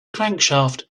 crankshaft